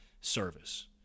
service